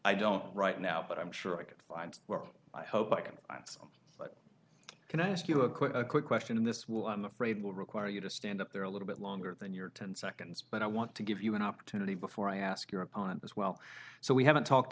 i don't right now but i'm sure i could find work i hope i can but can i ask you a quick quick question and this will i'm afraid will require you to stand up there a little bit longer than your ten seconds but i want to give you an opportunity before i ask your opponent as well so we haven't talked